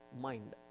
mind